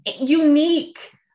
unique